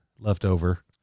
leftover